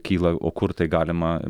kyla o kur tai galima